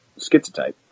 schizotype